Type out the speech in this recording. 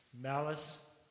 malice